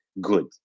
good